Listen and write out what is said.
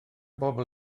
bobl